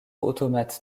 automates